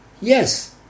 Yes